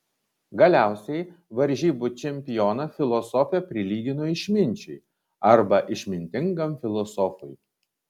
galiausiai varžybų čempioną filosofė prilygino išminčiui arba išmintingam filosofui